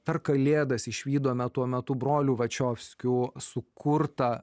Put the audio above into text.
per kalėdas išvydome tuo metu brolių vačiovskių sukurtą